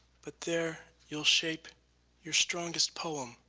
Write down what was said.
but there you'll shape your strongest poem,